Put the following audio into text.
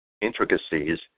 intricacies